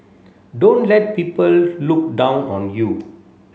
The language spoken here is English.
don't let people look down on you